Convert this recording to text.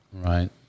right